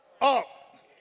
up